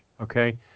okay